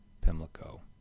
Pimlico